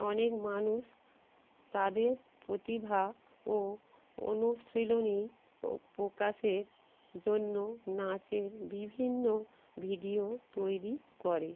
অনেক মানুষ তাদের প্রতিভা ও অনুশীলনী প্রকাশের জন্য নাচের বিভিন্ন ভিডিও তৈরি করে